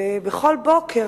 ובכל בוקר,